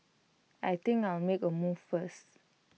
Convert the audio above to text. I think I'll make A move first